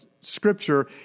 Scripture